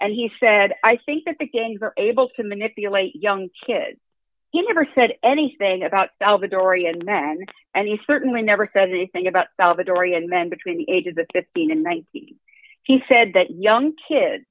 and he said i think that the gangs are able to manipulate young kids you never said anything about the dorrian men and he certainly never said anything about salvadorean men between the ages of fifteen and he said that young kids